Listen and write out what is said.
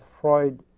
Freud